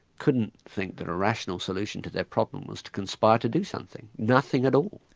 couldn't think that a rational solution to their problem was to conspire to do something, nothing at all.